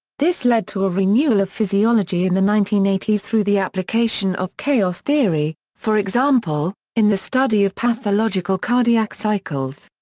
this led to a renewal of physiology in the nineteen eighty s through the application of chaos theory, for example, in the study of pathological cardiac cycles.